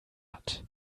hat